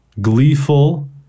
gleeful